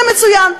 זה מצוין.